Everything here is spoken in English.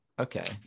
okay